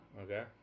Okay